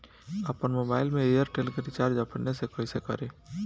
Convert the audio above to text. आपन मोबाइल में एयरटेल के रिचार्ज अपने से कइसे करि?